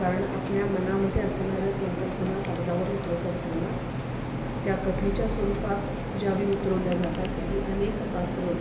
कारण आपल्या मनामध्ये असणाऱ्या संकल्पना कागदावर उतरत असताना त्या कथेच्या स्वरूपात ज्यावेळी उतरवल्या जातात त्यावेळी अनेक पात्रं